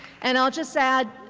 and i just add,